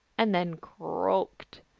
and then croaked,